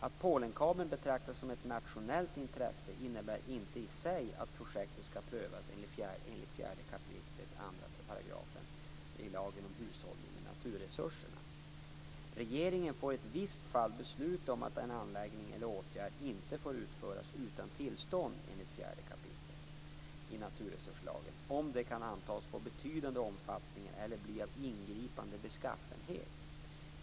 Att Polenkabeln betraktas som ett nationellt intresse innebär i sig inte att projektet skall prövas enligt 4 kap. 2 § lagen om hushållning med naturresurser m.m. . Regeringen får i ett visst fall besluta att en anläggning eller en åtgärd inte får utföras utan tillstånd enligt 4 kap. NRL, om den kan antas få betydande omfattning eller bli av ingripande beskaffenhet.